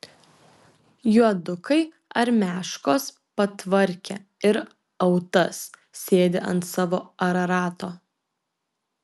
juodukai armiaškos patvarkė ir autas sėdi ant savo ararato